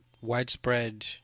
Widespread